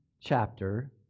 chapter